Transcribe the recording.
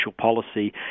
policy